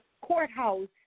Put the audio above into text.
courthouse